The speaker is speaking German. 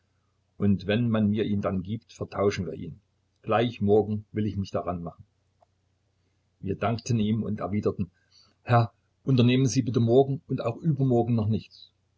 und wenn man ihn mir dann gibt vertauschen wir ihn gleich morgen will ich mich daran machen wir dankten ihm und erwiderten herr unternehmen sie bitte morgen und auch übermorgen noch nichts